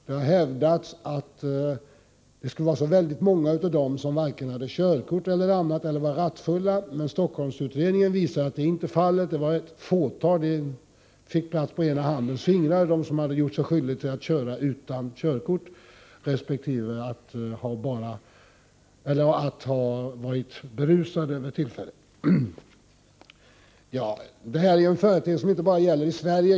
Det har hävdats att det skulle vara många av dem som inte hade körkort eller som var rattfulla, men Stockholmsundersökningen visar att detta inte är fallet, utan det gäller ett fåtal. De som gjort sig skyldiga till att köra utan körkort resp. att ha varit berusade vid tillfället kunde räknas på ena handens fingrar. Detta är något som gäller inte bara Sverige.